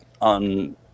on